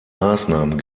maßnahmen